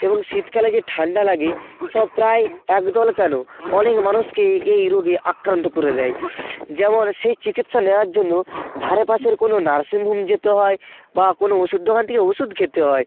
এবং শীতকালে যে ঠান্ডা লাগে সব প্রায় এক দল কেনো অনেক মানুষকে এ এই রোগে আক্রান্ত করে দেয় যেমন সে চিকিৎসা নেওয়ার জন্য ধারে পাশের কোনো নার্সিং হোম যেতে হয় বা কোনো ওষুধ দোকান থেকে ওষুধ খেতে হয়